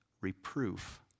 reproof